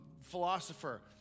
philosopher